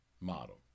model